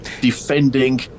defending